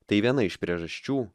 tai viena iš priežasčių